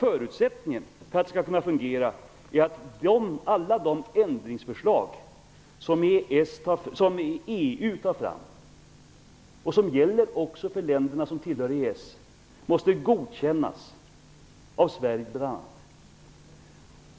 Förutsättningen för att avtalet skall kunna fungera är att alla de ändringsförslag som EU tar fram - och som gäller också för de länder som tillhör EES - måste godkännas av Sverige, bl.a.